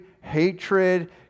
hatred